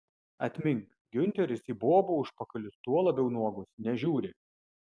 atmink giunteris į bobų užpakalius tuo labiau nuogus nežiūri